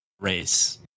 race